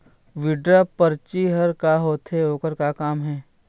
Withdraw परची हर का होते, ओकर का काम हे?